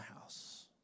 house